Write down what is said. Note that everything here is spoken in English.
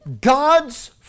God's